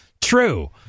true